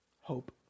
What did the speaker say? hope